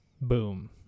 Boom